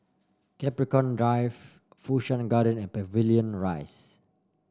Capricorn Drive Fu Shan Garden and Pavilion Rise